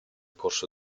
corso